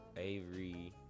Avery